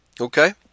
Okay